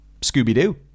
Scooby-Doo